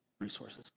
resources